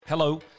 Hello